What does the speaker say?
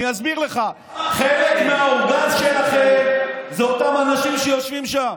אני אסביר לך: חלק מהאורגן שלכם זה אותם אנשים שיושבים שם.